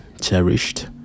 cherished